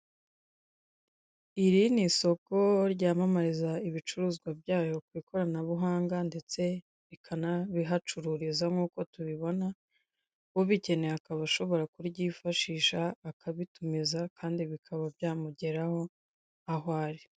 Iri ni isoko ryamamariza ibicuruzwa byayo ku ikoranabuhanga, ndetse rikanabihacururiza nkuko tubibona, ubikeneye akaba ashobora kuryifashisha akabitumiza kandi bikaba byamugeraho aho ari.